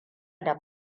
da